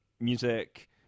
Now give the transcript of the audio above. music